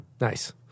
nice